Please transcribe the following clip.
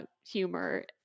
humor